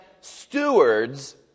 stewards